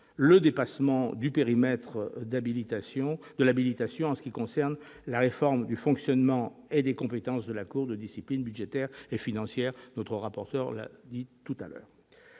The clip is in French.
le dépassement du périmètre de l'habilitation en ce qui concerne la réforme du fonctionnement et des compétences de la Cour de discipline budgétaire et financière, dépassement souligné